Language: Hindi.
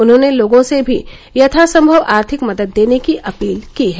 उन्होंने लोगों से भी यथासंभव आर्थिक मदद देने की अपील की है